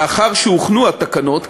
לאחר שהוכנו התקנות,